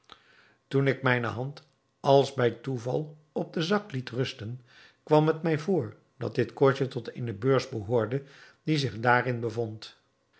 toen ik mijne hand als bij toeval op den zak liet rusten kwam het mij voor dat dit koordje tot eene beurs behoorde die zich daarin bevond